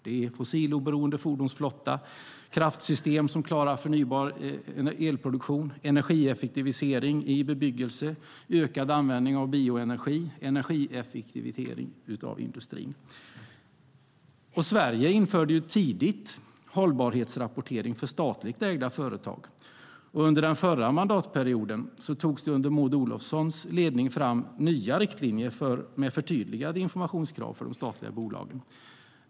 Det är en fossiloberoende fordonsflotta, kraftsystem som klarar förnybar elproduktion, energieffektivisering i bebyggelse, ökad användning av bioenergi och energieffektivisering av industrin. Sverige införde tidigt riktlinjer för Hållbarhetsrapportering för statligt ägda företag. Under den förra mandatperioden togs det under Maud Olofssons ledning fram nya riktlinjer med förtydligade informationskrav för de statliga bolagen.